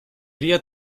iría